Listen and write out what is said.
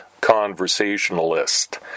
conversationalist